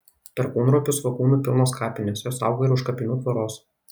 perkūnropių svogūnų pilnos kapinės jos auga ir už kapinių tvoros